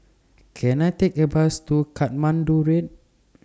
Can I Take A Bus to Katmandu Road